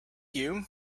you